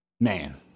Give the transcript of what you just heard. Man